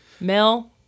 Mel